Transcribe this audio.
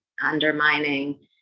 undermining